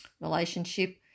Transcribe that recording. relationship